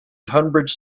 tonbridge